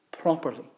properly